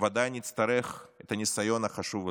ודאי נצטרך את הניסיון החשוב הזה.